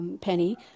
Penny